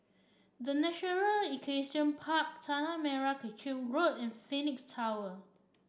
The National Equestrian Park Tanah Merah Kechil Road and Phoenix Tower